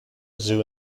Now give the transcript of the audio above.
zoo